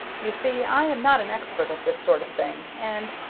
you see, i am not an expert at this sort of thing, and